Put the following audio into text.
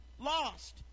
lost